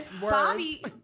Bobby